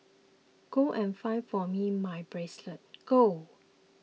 go and find for me my bracelet go